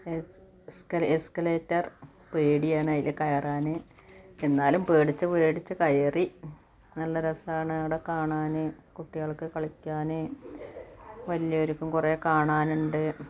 escalator പേടിയാണ് അതില് കയറാന് എന്നാലും പേടിച്ച് പേടിച്ച് കയറി നല്ല രസമാണ് അവിടെ കാണാന് കുട്ടികൾക്ക് കളിക്കാന് വലിയവർക്കും കുറെ കാണാനുണ്ട്